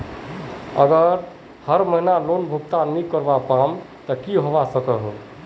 अगर हर महीना लोन भुगतान नी करवा पाम ते की होबे सकोहो होबे?